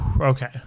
Okay